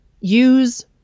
use